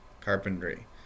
carpentry